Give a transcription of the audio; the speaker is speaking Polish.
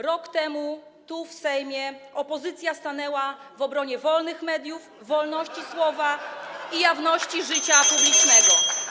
Rok temu tu, w Sejmie, opozycja stanęła w obronie wolnych mediów, wolności słowa [[Wesołość na sali, oklaski]] i jawności życia publicznego.